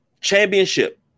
championship